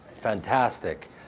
fantastic